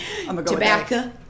tobacco